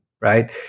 right